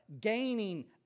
gaining